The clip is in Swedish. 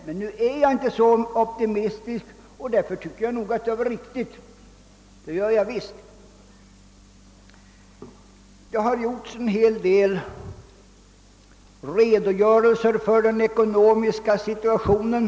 Men nu är jag inte så optimistisk, och därför tycker jag att det är riktigt som det är. Här har vi nu fått en hel del redogörelser för den ekonomiska situationen.